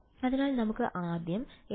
അതിനാൽ നമുക്ക് ആദ്യം H→ · nˆ എഴുതാം